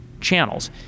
channels